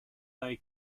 they